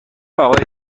آقای